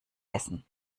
essen